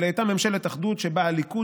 אבל היא הייתה ממשלת אחדות שבה הליכוד,